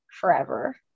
forever